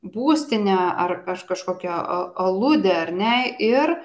būstinę ar kažkokią a aludę ar ne ir